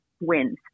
wins